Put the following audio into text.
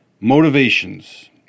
Motivations